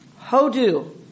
Hodu